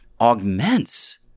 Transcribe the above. augments